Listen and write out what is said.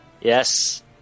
Yes